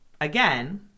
again